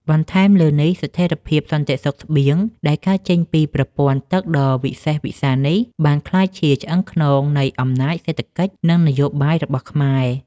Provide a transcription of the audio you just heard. បន្ថែមលើនេះ ស្ថិរភាពសន្តិសុខស្បៀងដែលកើតចេញពីប្រព័ន្ធទឹកដ៏វិសេសវិសាលនេះ បានក្លាយជាឆ្អឹងខ្នងនៃអំណាចសេដ្ឋកិច្ច និងនយោបាយរបស់ខ្មែរ។